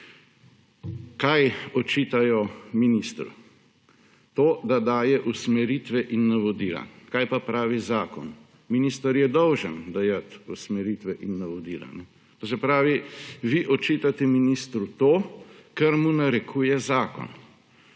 Kaj očitajo ministru? To, da daje usmeritve in navodila. Kaj pa pravi zakon? Minister je dolžan dajati usmeritve in navodila. To se pravi, da vi očitate ministru to, kar mu narekuje zakon.